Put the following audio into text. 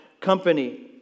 company